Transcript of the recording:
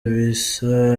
ibisa